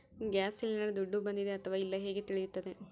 Gas cylinder ದುಡ್ಡು ಬಂದಿದೆ ಅಥವಾ ಇಲ್ಲ ಹೇಗೆ ತಿಳಿಯುತ್ತದೆ?